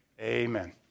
Amen